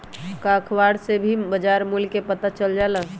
का अखबार से भी बजार मूल्य के पता चल जाला?